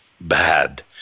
bad